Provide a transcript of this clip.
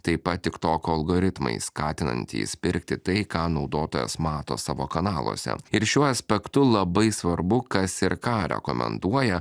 taip pat tik toko algoritmai skatinantys pirkti tai ką naudotojas mato savo kanaluose ir šiuo aspektu labai svarbu kas ir ką rekomenduoja